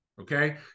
Okay